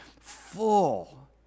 full